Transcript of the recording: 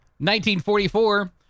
1944